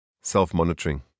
Self-monitoring